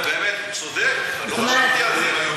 באמת הוא צודק, לא חשבתי על זה.